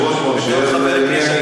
אם היושב-ראש מרשה, אז מי אני?